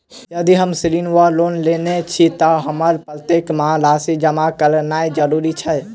यदि हम ऋण वा लोन लेने छी तऽ हमरा प्रत्येक मास राशि जमा केनैय जरूरी छै?